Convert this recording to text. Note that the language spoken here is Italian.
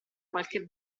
qualche